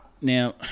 Now